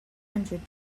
hundred